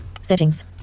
Settings